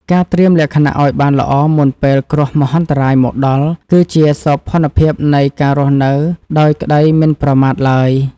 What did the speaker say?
ការត្រៀមលក្ខណៈឱ្យបានល្អមុនពេលគ្រោះមហន្តរាយមកដល់ គឺជាសោភ័ណភាពនៃការរស់នៅដោយក្តីមិនប្រមាទឡើយ។